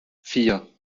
vier